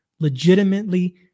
Legitimately